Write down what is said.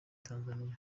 tanzania